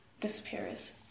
Disappears